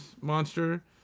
monster